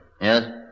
Yes